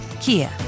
Kia